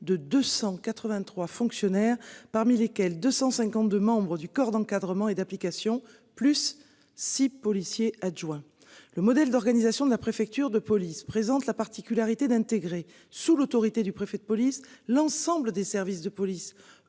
de 283 fonctionnaires parmi lesquels 252 membres du corps d'encadrement et d'application plus six policiers adjoint le modèle d'organisation de la préfecture de police présente la particularité d'intégrer sous l'autorité du préfet de police. L'ensemble des services de police